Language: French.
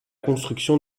construction